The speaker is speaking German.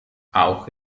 auch